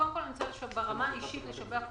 קודם כל, אני רוצה ברמה האישית, לשבח אותך.